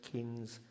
Kings